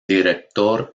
director